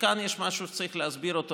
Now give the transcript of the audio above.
כאן יש משהו שצריך להסביר אותו,